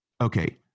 Okay